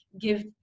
give